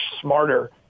smarter